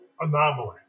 anomaly